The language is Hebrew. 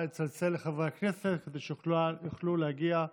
נא לצלצל לחברי הכנסת כדי שיוכלו להגיע לעמדותיהם.